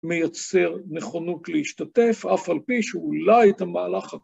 מייצר נכונות להשתתף, אף על פי שאולי את המהלך...